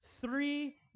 three